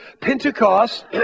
Pentecost